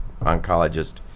oncologist